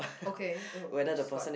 okay oh which is what